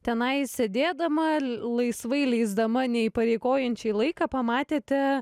tenais sėdėdama laisvai leisdama neįpareigojančiai laiką pamatėte